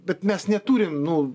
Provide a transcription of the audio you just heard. bet mes neturim nu